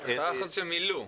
מה היחס שמילאו?